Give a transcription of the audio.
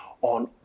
on